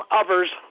others